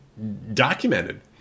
documented